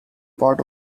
part